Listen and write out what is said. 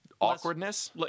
Awkwardness